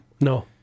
no